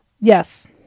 Yes